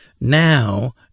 Now